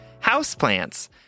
houseplants